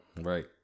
Right